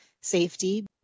safety